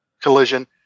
collision